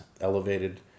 elevated